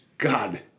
God